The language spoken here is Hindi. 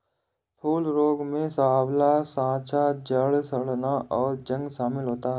फूल रोग में साँवला साँचा, जड़ सड़ना, और जंग शमिल होता है